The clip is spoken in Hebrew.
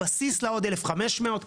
הבסיס לעוד 1,500,